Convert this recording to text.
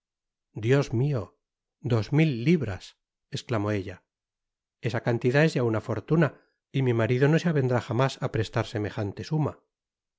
dios mio dos mil libras esclamó ella esa cantidades ya una fortuna y mi marido no se avendrá jamás á prestar semejante suma